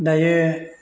दायो